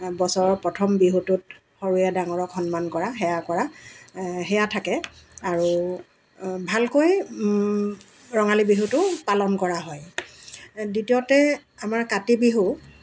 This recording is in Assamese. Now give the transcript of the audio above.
বছৰৰ প্ৰথম বিহুটোত সৰুৱে ডাঙৰক সন্মান কৰা সেৱা কৰা সেয়া থাকে আৰু ভালকৈ ৰঙালী বিহুটো পালন কৰা হয় দ্বিতীয়তে আমাৰ কাতি বিহু